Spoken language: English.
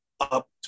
up